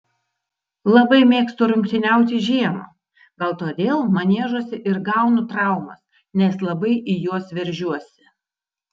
labai mėgstu rungtyniauti žiemą gal todėl maniežuose ir gaunu traumas nes labai į juos veržiuosi